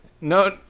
No